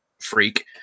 freak